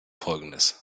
folgendes